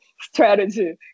strategy